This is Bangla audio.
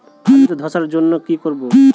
আলুতে ধসার জন্য কি করব?